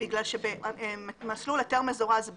כי במסלול היתר מזורז ב',